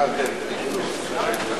תשמע.